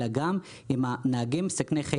אלא גם עם הנהגים מסכני החיים.